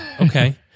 Okay